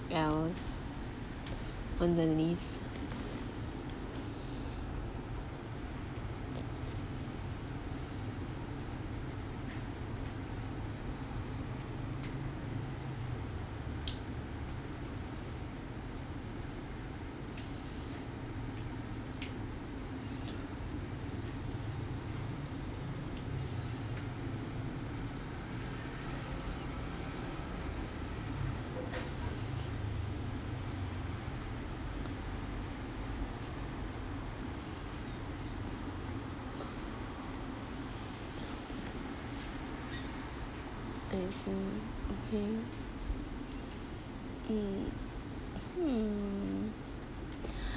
well underneath I think okay mm hmm